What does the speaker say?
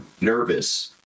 nervous